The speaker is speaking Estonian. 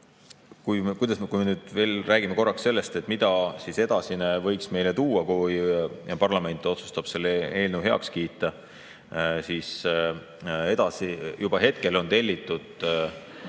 Kui me veel räägime korraks sellest, mida edasine võiks meile tuua, kui parlament otsustab selle eelnõu heaks kiita, siis juba hetkel on tellitud